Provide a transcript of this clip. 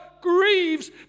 grieves